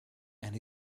and